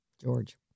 George